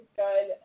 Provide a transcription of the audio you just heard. good